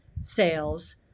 sales